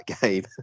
game